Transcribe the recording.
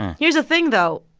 here's the thing, though.